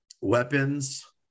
Weapons